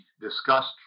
discussed